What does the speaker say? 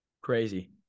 crazy